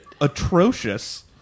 atrocious